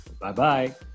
Bye-bye